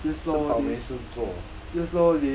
吃饱没事做